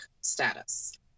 status